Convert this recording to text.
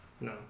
No